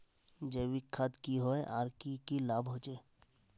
जैविक खाद की होय आर की की लाभ होचे?